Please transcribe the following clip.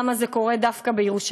למה זה קורה דווקא בירושלים,